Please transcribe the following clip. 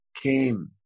came